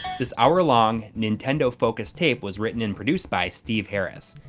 this hour long, nintendo focused tape was written and produced by steve harris.